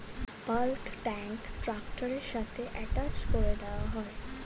bulk tank ট্র্যাক্টরের সাথে attach করে দেওয়া হয়